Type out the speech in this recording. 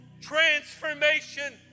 transformation